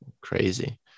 crazy